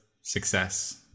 success